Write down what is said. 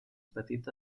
petita